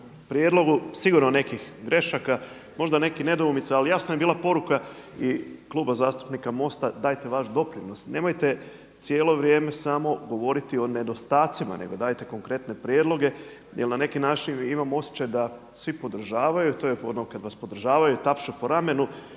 prijedlogu sigurno nekih grešaka. Možda nekih nedoumica, ali jasna je bila poruka i Kluba zastupnika MOST-a dajte vaš doprinos. Nemojte cijelo vrijeme samo govoriti o nedostacima, nego dajte konkretne prijedloge jer na neki način imam osjećaj da svi podržavaju, to je ono kad vas podržavaju, tapšu po ramenu